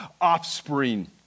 offspring